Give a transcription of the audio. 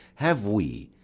have we,